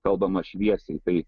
kalbama šviesiai tai